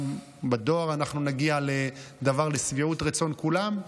גם בדואר אנחנו נגיע לדבר לשביעות לרצון כולם,